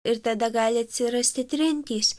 ir tada gali atsirasti trintys